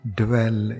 dwell